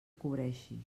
cobreixi